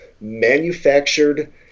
manufactured